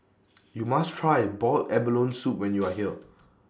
YOU must Try boiled abalone Soup when YOU Are here